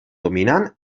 dominant